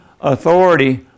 authority